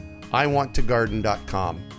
IWANTtogarden.com